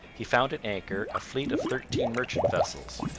he found at anchor a fleet of thirteen merchant vessels.